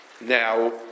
Now